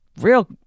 real